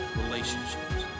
relationships